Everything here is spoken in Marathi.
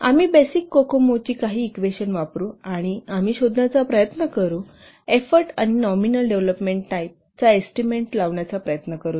आम्ही बेसिक कोकोमो ची काही इक्वेशन वापरू आणि आम्ही शोधण्याचा प्रयत्न करू आम्ही एफोर्ट आणि नॉमिनल डेव्हलोपमेंट टाईप चा एस्टीमेट लावण्याचा प्रयत्न करू